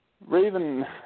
Raven